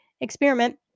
experiment